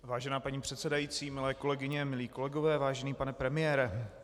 Vážená paní předsedající, milé kolegyně, milí kolegové, vážený pane premiére.